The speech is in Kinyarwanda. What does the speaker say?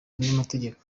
n’amategeko